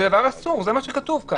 בר אסור, זה מה שכתוב כאן.